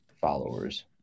followers